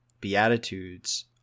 Beatitudes